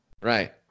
Right